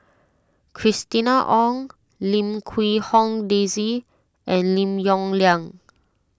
Christina Ong Lim Quee Hong Daisy and Lim Yong Liang